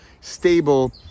stable